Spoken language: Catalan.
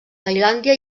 tailàndia